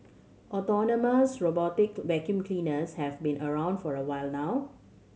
autonomous robotic vacuum cleaners have been around for a while now